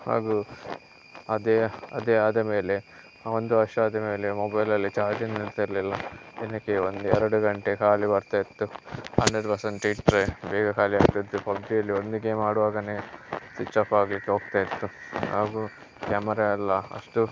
ಹಾಗು ಅದೆ ಅದೆ ಆದ ಮೇಲೆ ಒಂದು ವರ್ಷ ಆದ ಮೇಲೆ ಮೊಬೈಲಲ್ಲಿ ಚಾರ್ಜೆ ನಿಲ್ತಾ ಇರಲಿಲ್ಲ ದಿನಕ್ಕೆ ಒಂದೆರಡು ಗಂಟೆ ಖಾಲಿ ಬರ್ತಾಯಿತ್ತು ಹಂಡ್ರೆಡ್ ಪರ್ಸೆಂಟ್ ಇಟ್ಟರೆ ಬೇಗ ಖಾಲಿ ಆಗ್ತಿತ್ತು ಪಬ್ಜಿಯಲ್ಲಿ ಒಂದು ಗೇಮ್ ಆಡುವಾಗಲೇ ಸ್ವಿಚ್ ಆಫ್ ಆಗಲಿಕ್ಕೆ ಹೋಗ್ತಾಯಿತ್ತು ಹಾಗು ಕ್ಯಾಮರಾ ಎಲ್ಲ ಅಷ್ಟು